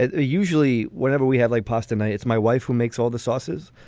ah usually whenever we have, like, pasta night, it's my wife who makes all the sauces.